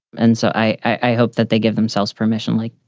and so i i hope that they give themselves permission, lee,